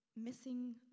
missing